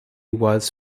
was